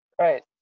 Right